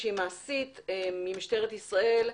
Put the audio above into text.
מעשית אנו מבקשים ממשטרת ישראל: